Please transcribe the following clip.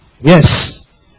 Yes